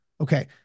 Okay